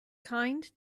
kind